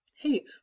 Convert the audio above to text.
Hey